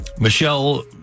Michelle